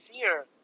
fear